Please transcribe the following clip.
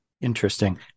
interesting